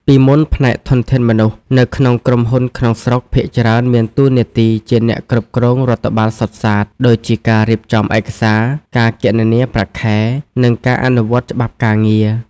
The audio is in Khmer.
ពីមុន ផ្នែកធនធានមនុស្សនៅក្នុងក្រុមហ៊ុនក្នុងស្រុកភាគច្រើនមានតួនាទីជាអ្នកគ្រប់គ្រងរដ្ឋបាលសុទ្ធសាធ ដូចជាការរៀបចំឯកសារ ការគណនាប្រាក់ខែ និងការអនុវត្តច្បាប់ការងារ។